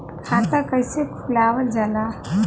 खाता कइसे खुलावल जाला?